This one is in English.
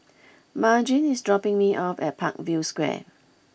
Margene is dropping me off at Parkview Square